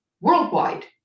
worldwide